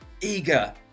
eager